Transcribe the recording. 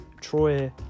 Troy